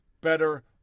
better